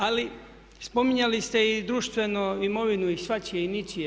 Ali spominjali ste i društvenu imovinu i svačije i ničije.